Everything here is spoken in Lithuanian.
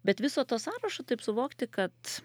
bet viso to sąrašo taip suvokti kad